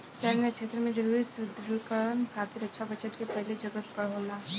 सैन्य क्षेत्र में जरूरी सुदृढ़ीकरन खातिर रक्षा बजट के पहिले जरूरत होला